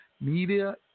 media